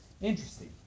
Interesting